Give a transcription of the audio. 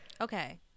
Okay